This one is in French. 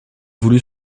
voulu